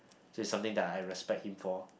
so it's something that I respect him for